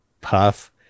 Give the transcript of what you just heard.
puff